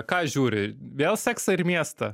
ką žiūri vėl seksą ir miestą